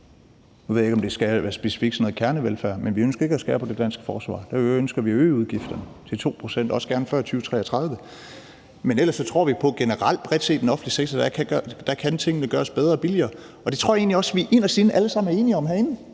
Nu ved jeg ikke, om det specifikt skal være kernevelfærd, men vi ønsker ikke at skære ned på det danske forsvar – der ønsker vi at øge udgifterne til 2 pct., også gerne før 2033. Men ellers tror vi på, at man bredt set i den offentlige sektor kan gøre tingene bedre og billigere, og det tror jeg egentlig også at vi alle sammen herinde